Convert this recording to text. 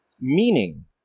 meaning